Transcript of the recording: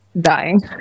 dying